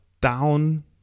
down